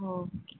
okay